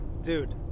Dude